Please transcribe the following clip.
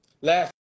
Last